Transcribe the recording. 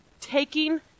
taking